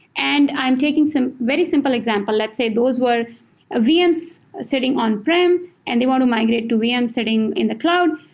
and i'm taking some very simple example. let's say those were ah vms sitting on-prem and they want to migrate to vm sitting in the cloud.